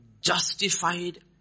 justified